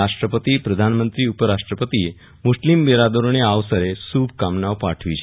રાષ્ટ્રપતિપ્રધાનમંત્રીઉપરાષ્ટ્રપતિએ મુસ્લિમ બિરાદરોને આ અવસરે શુભકામના પાઠવી છે